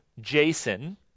Jason